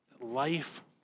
life